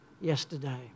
yesterday